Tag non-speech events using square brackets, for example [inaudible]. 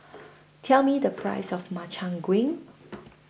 [noise] Tell Me The Price of Makchang Gui